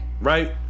Right